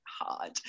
hard